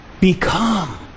become